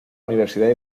universidad